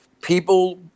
People